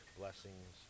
blessings